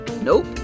Nope